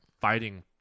fighting